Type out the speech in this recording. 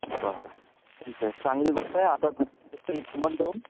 बरं ठीक आहे चांगली गोष्ट आहे आता